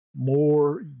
more